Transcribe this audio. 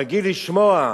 רגיל לשמוע.